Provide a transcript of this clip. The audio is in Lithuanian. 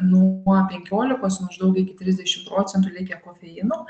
nuo penkiolikos maždaug iki trisdešim procentų likę kofeino